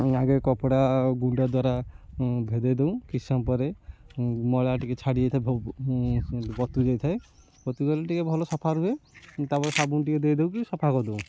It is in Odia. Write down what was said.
ଆଗେ କପଡ଼ା ଗୁଣ୍ଡ ଦ୍ୱାରା ଭେଦେଇ ଦଉ କିଛି ସମୟ ପରେ ମଇଳା ଟିକେ ଛାଡ଼ି ଯାଇଥାଏ ବତୁରି ଯାଇଥାଏ ବତୁରି ଗଲେ ଟିକେ ଭଲ ସଫା ରୁହେ ତାପରେ ସାବୁନ ଟିକେ ଦେଇଦଉ କି ସଫା କରିଦଉ